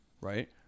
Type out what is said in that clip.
right